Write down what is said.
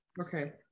Okay